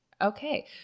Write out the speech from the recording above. Okay